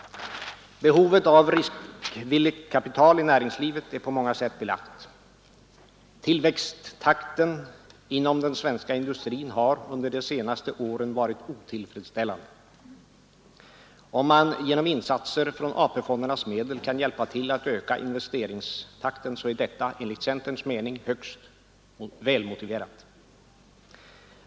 Behovet av riskvilligt kapital i näringslivet är på många sätt belagt. Tillväxttakten inom den svenska industrin har under de senaste åren varit otillfredsställande. Om man genom insatser från AP-fondernas medel kan hjälpa till att öka investeringstakten så är detta enligt centerns mening högst välmotiverat.